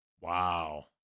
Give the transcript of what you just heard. Wow